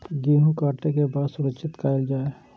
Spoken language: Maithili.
गेहूँ के काटे के बाद सुरक्षित कायल जाय?